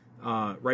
Right